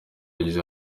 yagize